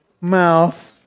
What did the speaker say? mouth